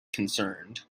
concerned